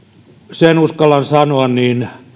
sen uskallan sanoa että